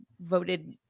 voted